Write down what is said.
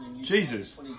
Jesus